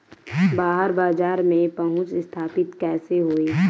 बाहर बाजार में पहुंच स्थापित कैसे होई?